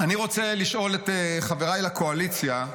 אני רוצה לשאול את חבריי לקואליציה,